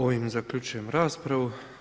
Ovim zaključujem raspravu.